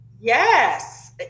Yes